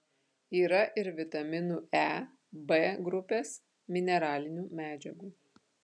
yra ir vitaminų e b grupės mineralinių medžiagų